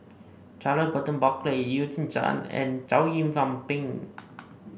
Charles Burton Buckley Eugene Chen and Chow Yian Ping